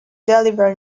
deliver